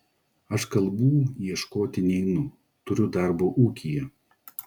aš kalbų ieškoti neinu turiu darbo ūkyje